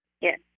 Yes